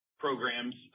programs